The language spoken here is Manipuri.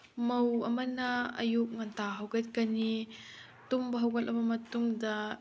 ꯃꯧ ꯑꯃꯅ ꯑꯌꯨꯛ ꯉꯟꯇꯥ ꯍꯧꯒꯠꯀꯅꯤ ꯇꯨꯝꯕ ꯍꯧꯒꯠꯂꯕ ꯃꯇꯨꯡꯗ